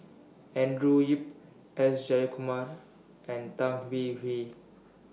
Andrew Yip S Jayakumar and Tan Hwee Hwee